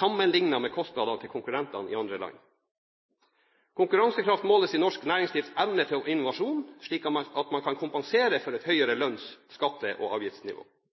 sammenlignet med kostnadene til konkurrentene i andre land. Konkurransekraft måles i norsk næringslivs evne til innovasjon, slik at man kan kompensere for et høyere lønns-, skatte- og avgiftsnivå.